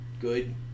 good